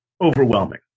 overwhelming